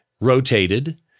rotated